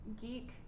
geek